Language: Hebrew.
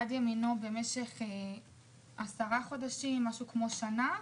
יד ימינו במשך עשרה חודשים-שנה,